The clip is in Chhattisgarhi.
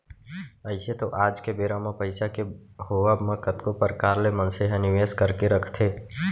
अइसे तो आज के बेरा म पइसा के होवब म कतको परकार ले मनसे ह निवेस करके रखथे